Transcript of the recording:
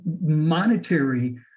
monetary